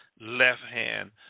left-hand